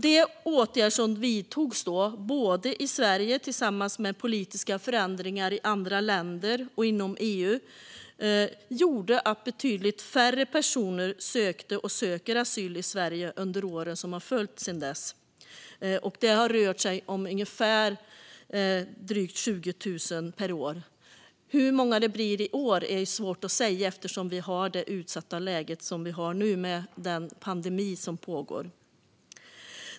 De åtgärder som då vidtogs i Sverige, tillsammans med politiska förändringar i andra länder och inom EU, har gjort att betydligt färre personer har sökt asyl i Sverige under åren som följt sedan dess. Det har rört sig om drygt 20 000 per år. Hur många det blir i år är svårt att säga, eftersom vi har det utsatta läge som vi har nu med den pandemi som pågår.